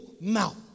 mouth